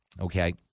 Okay